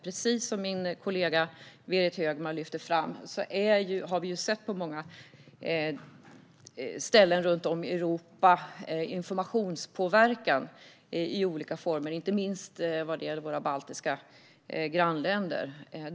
Precis som min kollega Berit Högman lyfte fram har vi sett informationspåverkan i olika former på många ställen i Europa, inte minst i våra baltiska grannländer.